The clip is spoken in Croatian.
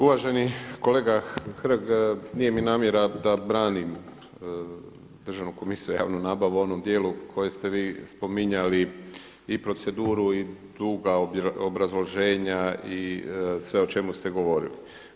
Uvaženi kolega Hrg, nije mi namjera da branim Državnu komisiju za javnu nabavu u onom dijelu koje ste vi spominjali i proceduru, i duga obrazloženja i sve o čemu ste govorili.